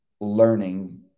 learning